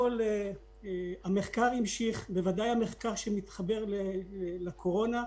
המחקר המשיך, בוודאי המחקר שמתחבר לקורונה.